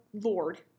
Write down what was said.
Lord